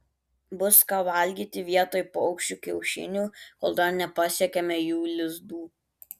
bus ką valgyti vietoj paukščių kiaušinių kol dar nepasiekėme jų lizdų